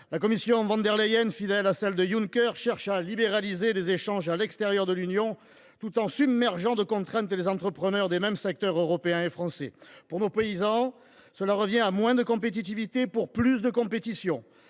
La Commission von der Leyen, fidèle à celle de Juncker, cherche à libéraliser les échanges à l’extérieur de l’Union, tout en submergeant de contraintes les entrepreneurs des mêmes secteurs européens et français. Pour nos paysans, cela revient à moins de compétitivité pour plus de compétition.